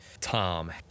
Tom